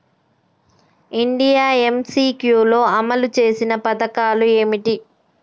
India MCQ లో అమలు చేసిన పథకాలు ఏమిటి?